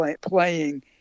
playing